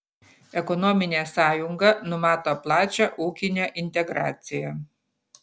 ekonominė sąjunga numato plačią ūkinę integraciją